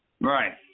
Right